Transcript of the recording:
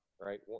right